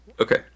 Okay